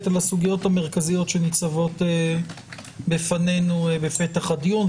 על הסוגיות המרכזיות שניצבות בפנינו בפתח הדיון.